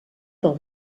del